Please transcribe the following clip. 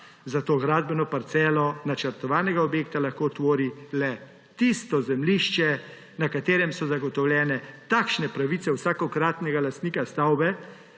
zato gradbeno parcelo načrtovanega objekta lahko tvori le tisto zemljišče, na katerem so zagotovljene takšne pravice vsakokratnega lastnika stavbe,